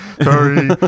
Sorry